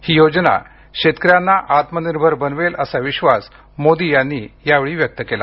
ही योजना शेतकऱ्यांना आत्मनिर्भर बनवेल असा विश्वास मोदी यांनी यावेळी व्यक्त केला